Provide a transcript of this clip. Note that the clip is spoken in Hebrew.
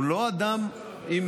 הוא לא אדם עם